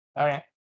Okay